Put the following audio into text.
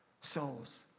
Souls